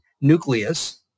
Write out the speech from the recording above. nucleus